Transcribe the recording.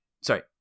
sorry